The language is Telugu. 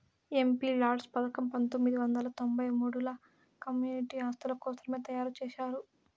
ఎంపీలాడ్స్ పథకం పంతొమ్మిది వందల తొంబై మూడుల కమ్యూనిటీ ఆస్తుల కోసరమే తయారు చేశారు